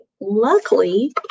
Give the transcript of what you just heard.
luckily